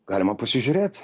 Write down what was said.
galima pasižiūrėt